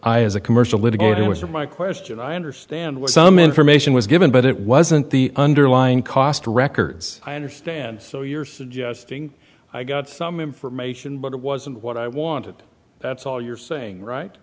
i as a commercial litigator was for my question i understand what some information was given but it wasn't the underlying cost records i understand so you're suggesting i got some information but it wasn't what i wanted that's all you're saying right